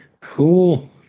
Cool